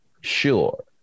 Sure